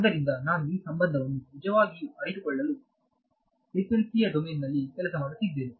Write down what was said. ಆದ್ದರಿಂದ ನಾನು ಈ ಸಂಬಂಧವನ್ನು ನಿಜವಾಗಿಯೂ ಅರಿತುಕೊಳ್ಳದೆ ಫ್ರಿಕ್ವೆನ್ಸಿ ನ ಡೊಮೇನ್ನಲ್ಲಿ ಕೆಲಸ ಮಾಡುತ್ತಿದ್ದೇನೆ